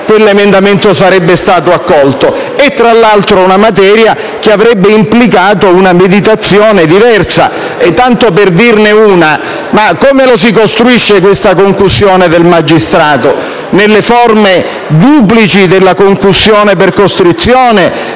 quell'emendamento sarebbe stato accolto. Tra l'altro, è una materia che avrebbe implicato una meditazione diversa. Ad esempio, come si costruisce questa concussione del magistrato? Nelle forme duplici della concussione per costrizione?